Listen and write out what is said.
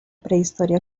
prehistoria